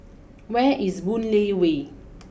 where is Boon Lay way